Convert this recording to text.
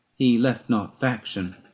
he left not faction,